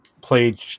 played